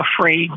afraid